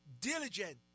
diligent